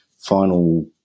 final